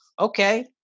okay